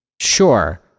sure